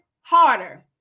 harder